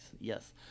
yes